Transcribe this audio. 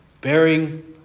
bearing